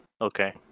Okay